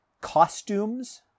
costumes